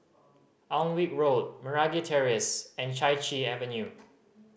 Alnwick Road Meragi Terrace and Chai Chee Avenue